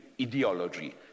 ideology